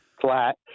flat